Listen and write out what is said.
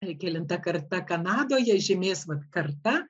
ir kelinta karta kanadoje žymės vat karta